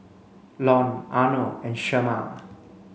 Lon Arnold and Shemar